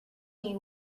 you